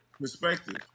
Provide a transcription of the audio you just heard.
perspective